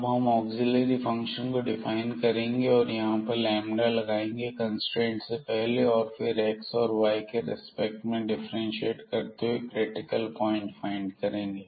अब हम auxiliary function को डिफाइन करेंगे और यहां लगाएंगे कंस्ट्रेंट से पहले और फिर एक्स और वाई के रिस्पेक्ट में डिफ्रेंशिएट करते हुए क्रिटिकल प्वाइंट फाइंड करेंगे